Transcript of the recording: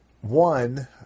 one